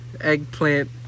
Eggplant